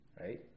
right